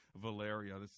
Valeria